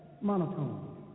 monotone